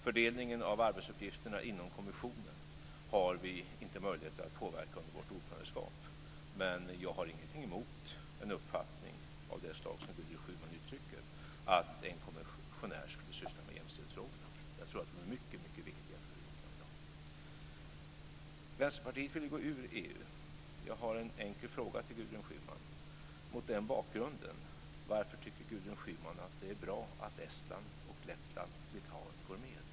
Fördelningen av arbetsuppgifterna inom kommissionen har vi inte möjligheter att påverka under vårt ordförandeskap men jag har ingenting emot en uppfattning av det slag som Gudrun Schyman uttrycker - att en kommissionär skulle syssla med jämställdhetsfrågorna. Jag tror att de är mycket viktiga för Europa i dag. Vänsterpartiet vill ju gå ur EU. Jag har en enkel fråga till Gudrun Schyman mot den bakgrunden. Varför tycker Gudrun Schyman att det är bra att Estland, Lettland och Litauen går med?